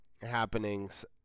happenings